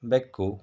ಬೆಕ್ಕು